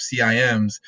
CIMs